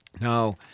Now